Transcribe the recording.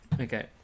Okay